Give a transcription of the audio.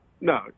No